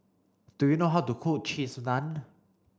do you know how to cook cheese naan